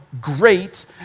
great